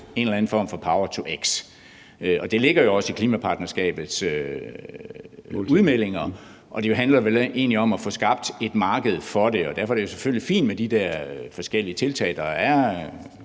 en eller anden form for power-to-x. Det ligger jo også i klimapartnerskabets udmeldinger. Det handler vel egentlig om at få skabt et marked for det. Derfor er det jo selvfølgelig fint med de der forskellige tiltag, der er